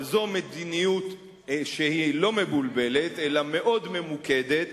אבל זו מדיניות לא מבולבלת, אלא מאוד ממוקדת,